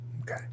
Okay